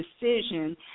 decision